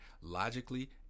Logically